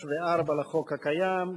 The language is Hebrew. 3 ו-4 לחוק הקיים,